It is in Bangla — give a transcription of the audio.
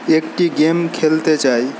একটি গেম খেলতে চাই